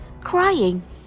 crying